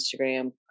Instagram